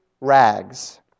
rags